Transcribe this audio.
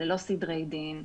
ללא סדרי דין,